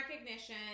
recognition